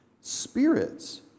spirits